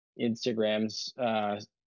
Instagrams